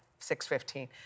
6.15